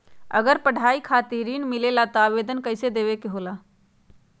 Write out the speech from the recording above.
अगर पढ़ाई खातीर ऋण मिले ला त आवेदन कईसे देवे के होला?